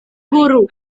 guru